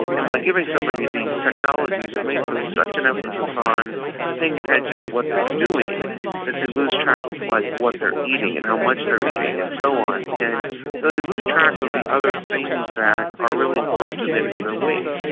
and by giving somebody these technologies it may put such an emphasis on paying attention to what they are doing that they lose track of like what they are eating and how much they are eating and so on. and so they lose track of the other things that are really important to manage their weight.